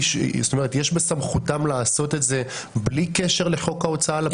יש בסמכותם לעשות את זה בלי קשר לחוק ההוצאה לפועל?